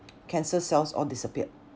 cancer cells all disappeared